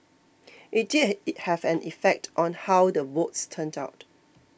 it did have an effect on how the votes turned out